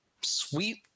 sweet